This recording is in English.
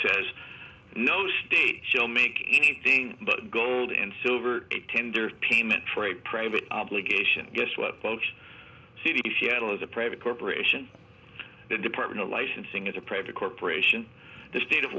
says no state shall make anything but gold and silver a tender payment for a private obligation guess what post city seattle is a private corporation the department of licensing is a private corporation the state of